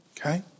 Okay